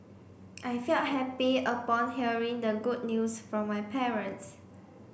I felt happy upon hearing the good news from my parents